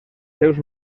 seus